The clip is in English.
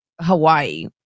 Hawaii